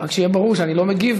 רק שיהיה ברור שאני לא מגיב,